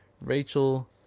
Rachel